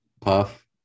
Puff